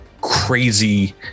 crazy